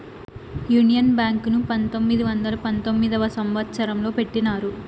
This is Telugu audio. యూనియన్ బ్యాంక్ ను పంతొమ్మిది వందల పంతొమ్మిదవ సంవచ్చరంలో పెట్టినారు